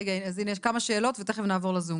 רגע, אז הנה יש כמה שאלות ותיכף נעבור לזום גם.